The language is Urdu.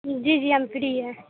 جی جی ہم فری ہیں